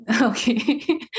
Okay